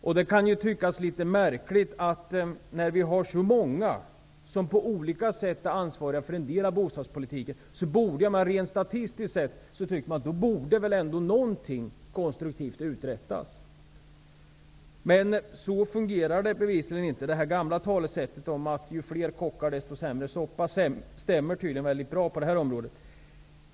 När vi har så många som var och en på sitt sätt är ansvarig för en del av bostadspolitiken borde väl rent statistiskt sett ändå någonting konstruktivt uträttas. Men så fungerar det bevisligen inte. Det gamla talesättet ''Ju fler kockar, desto sämre soppa'' stämmer tydligen bra på det här området.